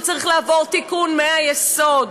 שצריך לעבור תיקון מהיסוד,